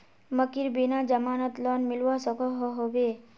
मकईर बिना जमानत लोन मिलवा सकोहो होबे?